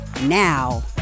now